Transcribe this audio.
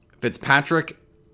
Fitzpatrick